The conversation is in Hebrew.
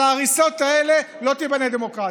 על ההריסות האלה לא תיבנה דמוקרטיה,